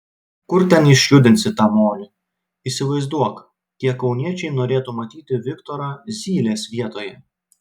kur ten išjudinsi tą molį įsivaizduok tie kauniečiai norėtų matyti viktorą zylės vietoje